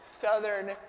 Southern